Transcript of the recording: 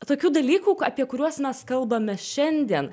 tokių dalykų apie kuriuos mes kalbame šiandien